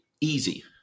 easy